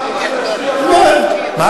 רוצים להצביע בעד.